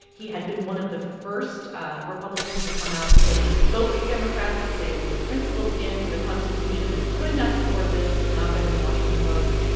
he had been one of the first ah republicans to come out to say he would vote with democrats, to say it was a principled stand for the constitution, that he could not support this in an op-ed in the washington post.